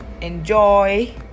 Enjoy